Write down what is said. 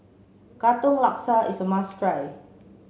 Katong Laksa is a must try